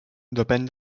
depèn